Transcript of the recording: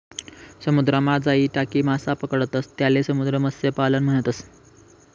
समुद्रमा जाई टाकी मासा पकडतंस त्याले समुद्र मत्स्यपालन म्हणतस